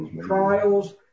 Trials